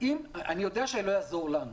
אני יודע שלא יעזור לנו.